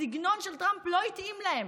הסגנון של טראמפ לא התאים להם,